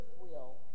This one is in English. goodwill